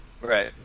right